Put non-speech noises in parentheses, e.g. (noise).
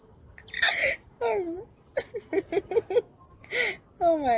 (laughs) oh my